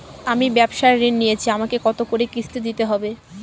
আমি ব্যবসার ঋণ নিয়েছি আমাকে কত করে কিস্তি দিতে হবে?